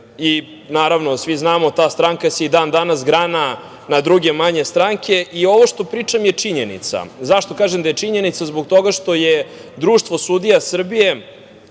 stranke. Svi znamo, ta stranka se i dan-danas grana na druge manje stranke, ali ovo što pričam je činjenica.Zašto kažem da je činjenica? Zbog toga što je Društvo sudija Srbije